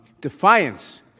defiance